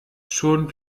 schon